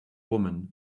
woman